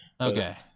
Okay